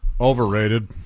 Overrated